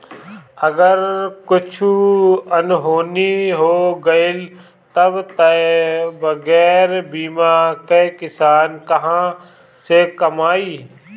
अगर कुछु अनहोनी हो गइल तब तअ बगैर बीमा कअ किसान कहां से कमाई